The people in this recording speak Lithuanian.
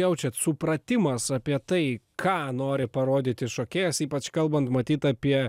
jaučiat supratimas apie tai ką nori parodyti šokėjas ypač kalbant matyt apie